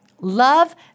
Love